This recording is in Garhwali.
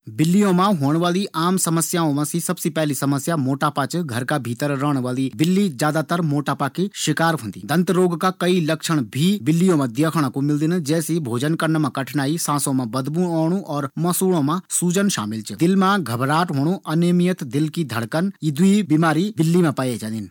बिल्लियों मा होंण वाली आम समस्याओं मा सबसे पैली मोटापा च। घर का भीतर रोंण वाली बिल्ली ज्यादातर मोटापा कू शिकार होंदी। दंत रोग का कई लक्षण भी बिल्लियों मा देखणा कू मिलदिन। जै से भोजन करना मा कठिनाई, सांसों मा बदबू ओंणु और मसूड़ों मा सूजन शामिल च। दिल मा घबराहट होंणु, अनियमित दिल की धड़कन, यी दुइ बीमारी बिल्लियों मा पाए जांदिन।